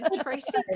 Tracy